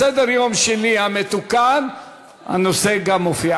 בסדר-היום המתוקן של יום שני הנושא גם מופיע.